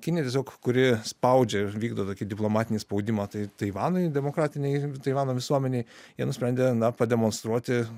kinija tiesiog kuri spaudžia ir vykdo tokį diplomatinį spaudimą tai taivanui demokratinei taivano visuomenei jie nusprendė na pademonstruoti